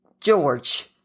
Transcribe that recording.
George